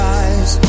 eyes